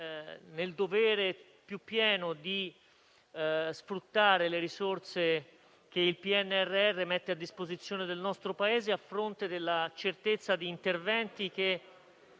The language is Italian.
nel dovere più pieno di sfruttare le risorse che il PNRR mette a disposizione del nostro Paese, a fronte della certezza di interventi che